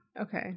Okay